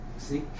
See